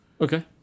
Okay